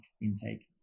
intake